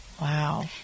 Wow